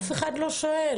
אף אחד לא שואל.